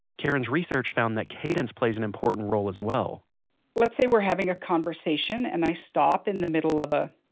karen's research found that cadence plays an important role as well let's say we're having a conversation and i stop in the middle of a.